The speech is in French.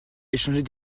échanger